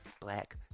black